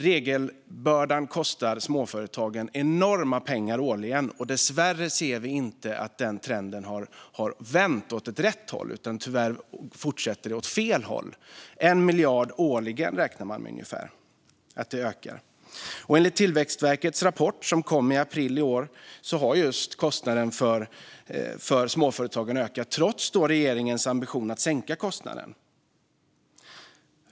Regelbördan kostar småföretagen enorma pengar årligen. Dessvärre ser vi inte att den trenden har vänt åt rätt håll, utan tyvärr fortsätter det åt fel håll. Man räknar med att kostnaden ökar med ungefär 1 miljard årligen. Enligt Tillväxtverkets rapport, som kom i april förra året, har kostnaden för småföretagen ökat trots regeringens ambition att sänka kostnaden.